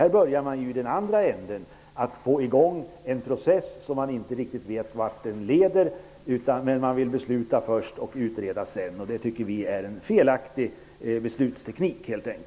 Här börjar man ju i andra änden genom att sätta i gång en process som man inte riktigt vet vart den leder. Man vill besluta först och utreda sedan. Det tycker vi är en felaktig beslutsteknik.